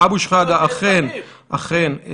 אכן,